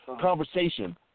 conversation